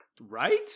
right